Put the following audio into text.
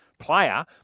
player